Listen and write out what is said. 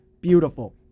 beautiful